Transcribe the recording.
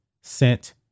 sent